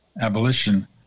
abolition